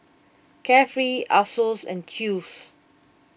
Carefree Asos and Chew's